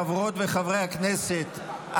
חברות וחברי הכנסת,